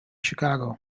chicago